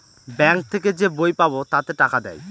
bank থেকে যে বই পাবো তাতে টাকা দেয়